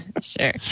sure